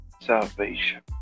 salvation